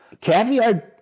Caviar